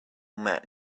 met